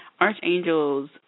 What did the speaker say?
Archangel's